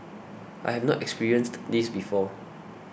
I have not experienced this before